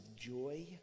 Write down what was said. joy